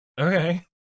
okay